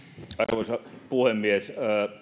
arvoisa puhemies